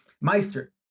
meister